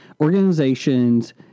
organizations